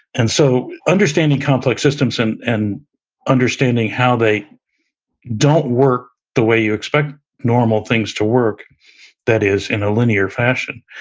and so, understanding complex systems and and understanding how they don't work the way you expect normal things to work that is in a linear fashion,